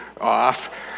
off